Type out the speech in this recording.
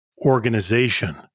organization